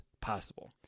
possible